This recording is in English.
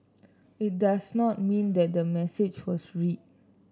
it does not mean that the message was read